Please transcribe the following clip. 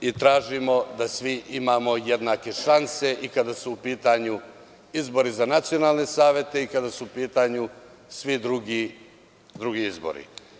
Tražimo da svi imamo jednake šanse i kada su u pitanju izbori za nacionalne savete i kada su u pitanju svi drugi izbori.